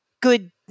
good